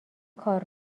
کار